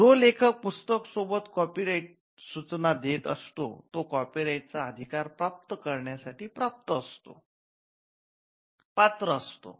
जो लेखक पुस्तक सोबत कॉपी राईट सूचना देत असतो तो कॉपी राईट चा अधिकार प्राप्त करण्या साठी पात्र असतो